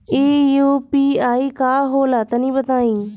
इ यू.पी.आई का होला तनि बताईं?